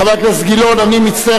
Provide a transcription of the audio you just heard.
חבר הכנסת יואל חסון.